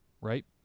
right